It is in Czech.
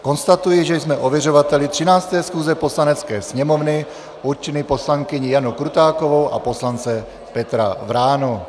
Konstatuji, že jsme ověřovateli 13. schůze Poslanecké sněmovny určili poslankyni Janu Krutákovou a poslance Petra Vránu.